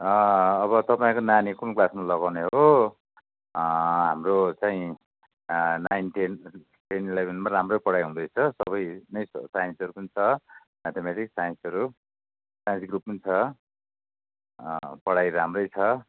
अब तपाईँको नानी कुन क्लासमा लगाउने हो हाम्रो चाहिँ नाइन टेन इलेभेनमा राम्रो पढाइ हुँदैछ सबै नै साइन्सहरू पनि छ म्याथाम्याटिक्स साइन्सहरू त्यहाँदेखि उयो पनि छ पढाइ राम्रो छ